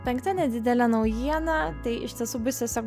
penkta nedidelė naujiena tai iš tiesų bus tiesiog